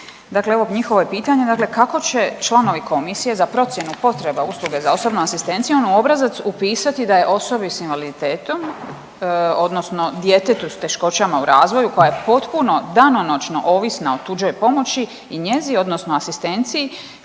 Dakle, evo njihovo je pitanje dakle kako će članovi komisije za procjenu potreba usluge za osobnom asistencijom u obrazac upisati da je osobi s invaliditetom odnosno djetetu s teškoćama u razvoju koja je potpuno danonoćno ovisna o tuđoj pomoći i njezi odnosno asistenciji